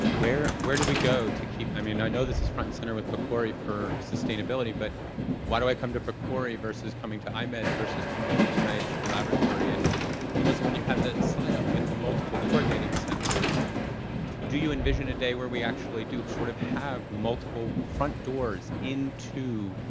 where where do we go to keep, i mean i know this is front and center with pcori for sustainability but why do i come to pcori versus coming to imeds versus coming to the and nih ah collaboratory and melissa, when you have that slide up with the multiple coordinating centers do you envision a day where we actually do sort of have multiple front doors into